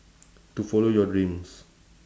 to follow your dreams